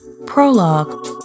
prologue